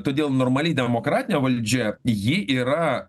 todėl normali demokratinė valdžia ji yra